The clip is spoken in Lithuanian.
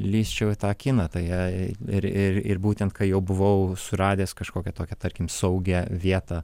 lįsčiau į tą kiną tai ir ir ir būtent kai jau buvau suradęs kažkokią tokią tarkim saugią vietą